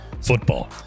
football